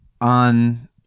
on